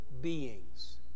beings